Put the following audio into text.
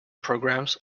programs